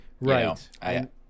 Right